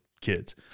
kids